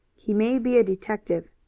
he may be a detective.